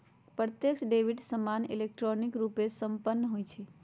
प्रत्यक्ष डेबिट सामान्य electronic RuPay संपन्न होइ छइ